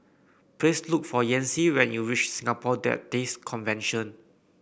please look for Yancy when you reach Singapore Baptist Convention